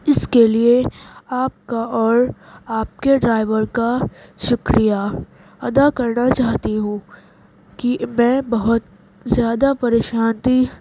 اس کے لیے آپ کا اور آپ کے ڈرائیور کا شکریہ ادا کرنا چاہتی ہوں کہ میں بہت زیادہ پریشان تھی